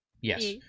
Yes